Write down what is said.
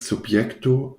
subjekto